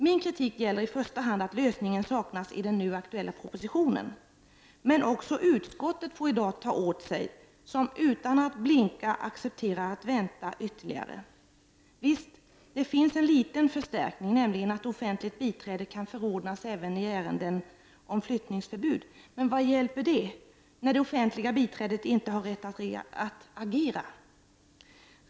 Min kritik gäller i första hand att lösningen saknas i den nu aktuella propositionen. Men också utskottet, som utan att blinka accepterar att vänta ytterligare, får i dag ta åt sig. Visst, det finns en liten förstärkning, nämligen att offentligt biträde kan förordnas även i ärenden om flyttningsförbud, men vad hjälper detta, när det offentliga biträdet inte har rätt att agera!